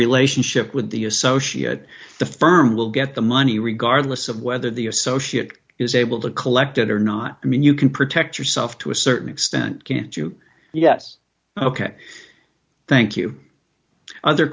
relationship with the associate the firm will get the money regardless of whether the associate is able to collect it or not i mean you can protect yourself to a certain extent can't you yes ok thank